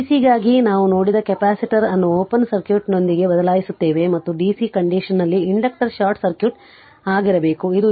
dc ಗಾಗಿ ನಾವು ನೋಡಿದ ಕೆಪಾಸಿಟರ್ ಅನ್ನು ಓಪನ್ ಸರ್ಕ್ಯೂಟ್ನೊಂದಿಗೆ ಬದಲಾಯಿಸುತ್ತೇವೆ ಮತ್ತು DC ಕಂಡಿಷನ್ನಲ್ಲಿ ಇಂಡಕ್ಟರ್ ಶಾರ್ಟ್ ಸರ್ಕ್ಯೂಟ್ ಆಗಿರಬೇಕು